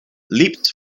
leaps